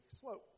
slope